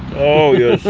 oh you're